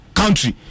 country